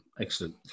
excellent